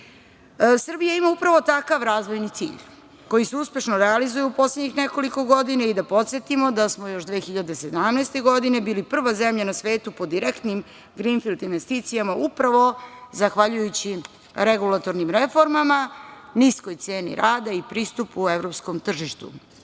ima upravo takav razvojni cilj koji se uspešno realizuje u poslednjih nekoliko godina. Da podsetimo da smo još 2017. godine bili prva zemlja na svetu po direktnim grinfild investicijama upravo zahvaljujući regulatornim reformama, niskoj ceni rada i pristupu evropskom tržištu. Srbija